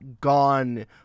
gone